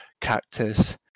Cactus